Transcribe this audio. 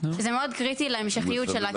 זה מאוד קריטי להמשכיות שלה,